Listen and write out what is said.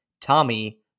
Tommy